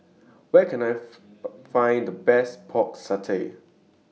Where Can I Find The Best Pork Satay